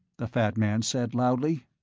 the fat man said loudly.